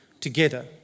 together